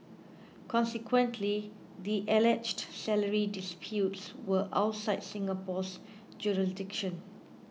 consequently the alleged salary disputes were outside Singapore's jurisdiction